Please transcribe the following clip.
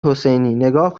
حسینی، نگاه